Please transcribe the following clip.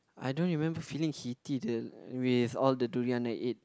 I don't even feeling heaty the with all the durian I ate